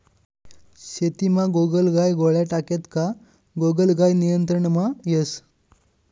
शेतीमा गोगलगाय गोळ्या टाक्यात का गोगलगाय नियंत्रणमा येस